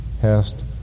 hast